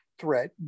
threat